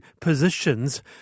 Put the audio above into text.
positions